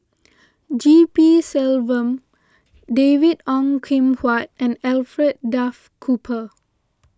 G P Selvam David Ong Kim Huat and Alfred Duff Cooper